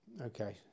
Okay